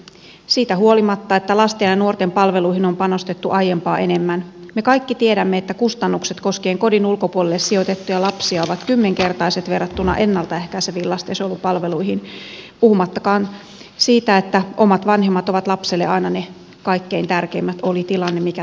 siitä huolimatta että lasten ja nuorten palveluihin on panostettu aiempaa enemmän me kaikki tiedämme että kustannukset koskien kodin ulkopuolelle sijoitettuja lapsia ovat kymmenkertaiset verrattuna ennalta ehkäiseviin lastensuojelupalveluihin puhumattakaan siitä että omat vanhemmat ovat lapselle aina ne kaikkein tärkeimmät oli tilanne mikä tahansa